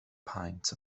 paent